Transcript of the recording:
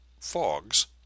fogs